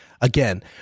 again